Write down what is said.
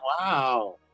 Wow